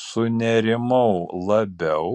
sunerimau labiau